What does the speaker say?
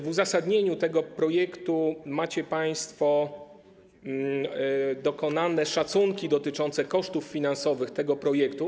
W uzasadnieniu tego projektu macie państwo dokonane szacunki dotyczące kosztów finansowych tego projektu.